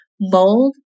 Mold